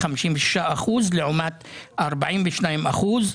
56 אחוזים לעומת 42 אחוזים".